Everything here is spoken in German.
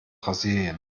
brasilien